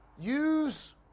Use